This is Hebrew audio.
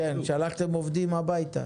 כן, שלחתם עובדים הביתה.